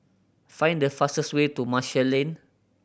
find the fastest way to Marshall Lane